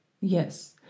yes